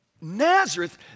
Nazareth